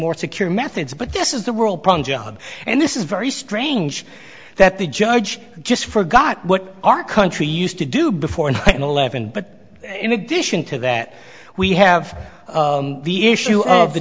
more secure methods but this is the world and this is very strange that the judge just forgot what our country used to do before nine eleven but in addition to that we have the issue of the